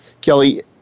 Kelly